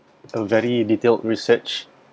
a very detailed research